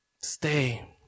stay